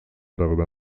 darüber